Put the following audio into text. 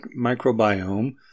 microbiome